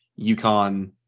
UConn